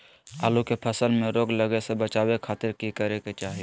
आलू के फसल में रोग लगे से बचावे खातिर की करे के चाही?